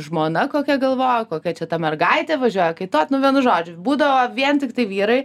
žmona kokia galvoja kokia čia ta mergaitė važiuoja kaituot nu vienu žodžiu būdavo vien tiktai vyrai